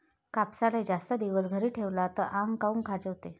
कापसाले जास्त दिवस घरी ठेवला त आंग काऊन खाजवते?